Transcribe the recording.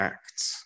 Acts